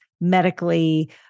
medically